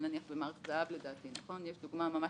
דוגמה מפורשת,